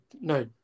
no